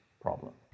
problem